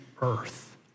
earth